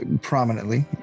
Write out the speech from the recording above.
prominently